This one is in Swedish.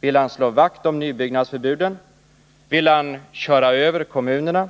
Vill Ingvar Carlsson slå vakt om nybyggnadsförbuden, köra över kommunerna,